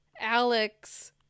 Alex